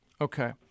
Okay